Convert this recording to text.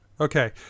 okay